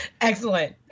Excellent